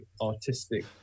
artistic